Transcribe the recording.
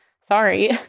sorry